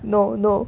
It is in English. no no but